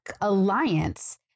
alliance